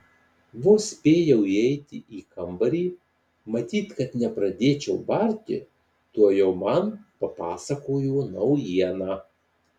vos spėjau įeiti į kambarį matyt kad nepradėčiau barti tuojau man papasakojo naujieną